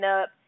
up